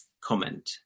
comment